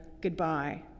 goodbye